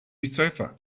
sofa